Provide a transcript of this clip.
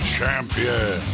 Champion